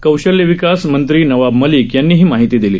कौशल्य विकास मंत्री नवाब मलिक यांनी ही माहिती दिली